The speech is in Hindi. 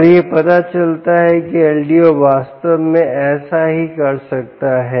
और यह पता चलता है कि LDO वास्तव में ऐसा ही कर सकता है